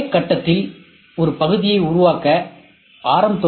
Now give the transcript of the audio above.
ஒரே கட்டத்தில் ஒரு பகுதியை உருவாக்க ஆர்